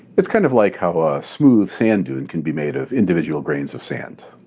it's kind of like how a smooth sand dune can be made of individual grains of sand.